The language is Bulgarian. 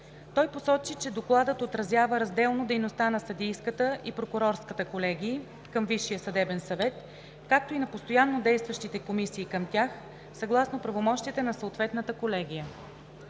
Той посочи, че Докладът отразява разделно дейността на Съдийската и Прокурорската колегия към Висшия съдебен съвет, както и на постоянно действащите комисии към тях, съгласно правомощията на съответната колегия.